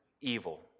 evil